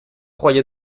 croyez